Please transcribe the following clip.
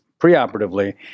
preoperatively